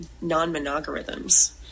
non-monogarithms